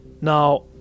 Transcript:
Now